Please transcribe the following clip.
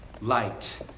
light